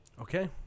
Okay